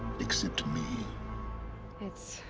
except me it's.